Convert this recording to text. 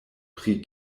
pri